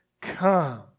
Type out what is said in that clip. come